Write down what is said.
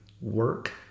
work